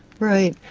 right.